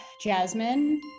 Jasmine